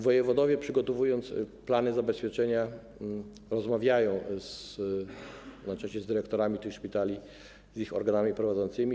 Wojewodowie, przygotowując plany zabezpieczenia, rozmawiają najczęściej z dyrektorami szpitali, z ich organami prowadzącymi.